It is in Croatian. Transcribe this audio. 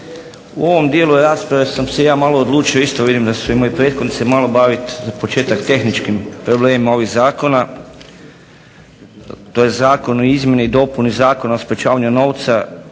U ovom dijelu rasprave sam se ja malo odlučio isto, vidim da su i moji prethodnici malo baviti za početak tehničkim problemima ovih zakona. To je Zakon o izmjeni i dopuni Zakona o sprječavanju novca